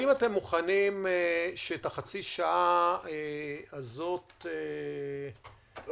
האם אתם מוכנים שבמחצית השעה הזאת אני אדבר?